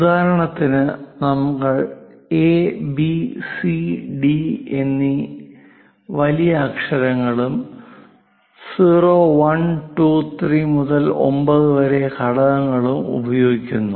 ഉദാഹരണത്തിന് ഞങ്ങൾ A B C D Z A B C D and Z എന്നീ വലിയ അക്ഷരങ്ങളും 0 1 2 3 മുതൽ 9 വരെ ഘടകങ്ങളും ഉപയോഗിക്കുന്നു